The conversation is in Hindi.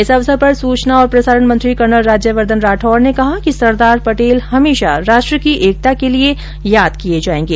इस अवसर पर सूचना और प्रसारण मंत्री कर्नल राज्यवर्धन राठौड़ ने कहा कि सरदार पटेल हमेशा राष्ट्र की एकता के लिए याद किए जायेंगे